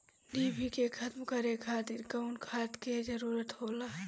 डिभी के खत्म करे खातीर कउन खाद के जरूरत होला?